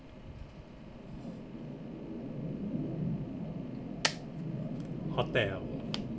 hotel